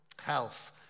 health